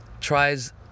tries